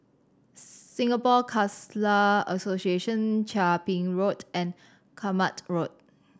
Singapore Khalsa Association Chia Ping Road and Kramat Road